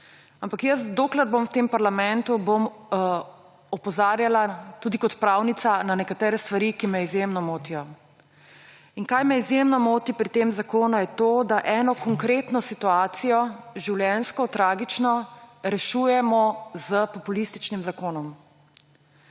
Ampak, dokler bom v tem parlamentu, bom tudi kot pravnica opozarjala na nekatere stvari, ki me izjemno motijo. Kar me izjemno moti pri tem zakonu, je to, da eno konkretno situacijo, življenjsko, tragično, rešujemo s populističnim zakonom.